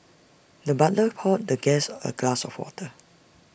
the butler poured the guest A glass of water